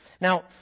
Now